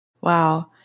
Wow